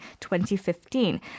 2015